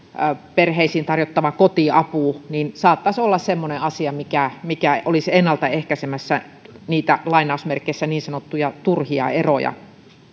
perheisiin tarjottava kotiapu saattaisi olla semmoinen asia mikä mikä olisi ennalta ehkäisemässä niitä lainausmerkeissä niin sanottuja turhia eroja